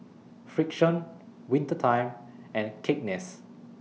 Frixion Winter Time and Cakenis